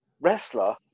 wrestler